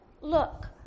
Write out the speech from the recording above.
look